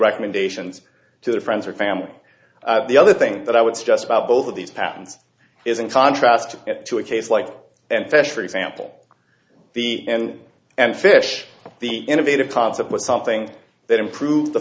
recommendations to their friends or family the other thing that i would stress about both of these patterns is in contrast to a case like and fish for example the and and fish the innovative concept was something that improved the